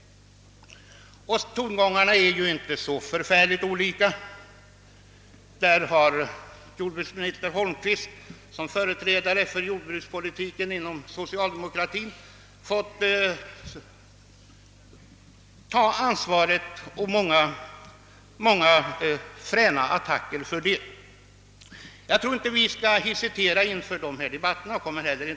Tongångarna är inte så särskilt olika. Jordbruksminister Holmqvist som företrädare för jordbrukspolitiken inom socialdemokratin har fått ta ansvaret och utstå många fräna attacker. Vi kommer inte att hesitera inför dessa debatter.